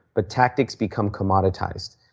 but tactics become commoditized.